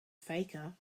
faker